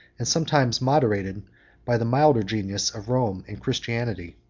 and sometimes moderated by the milder genius of rome, and christianity.